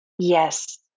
Yes